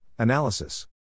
Analysis